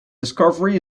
discovery